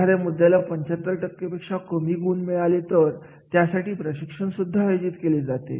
एखाद्या मुद्द्याला 75 टक्के पेक्षा कमी गुण मिळाले तर त्यासाठी प्रशिक्षण आयोजित केले जाऊ शकते